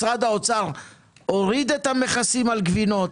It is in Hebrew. משרד האוצר הוריד את המכסים על גבינות